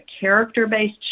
character-based